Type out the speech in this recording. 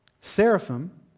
seraphim